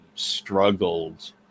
struggled